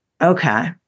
Okay